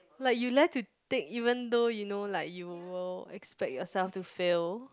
like you dare to take even though you know like you will expect yourself to fail